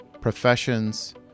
professions